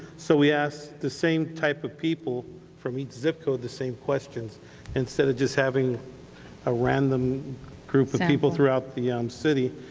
so we asked the same type of people from each zip code the same questions instead of just having a random group of people throughout the um city.